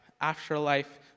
afterlife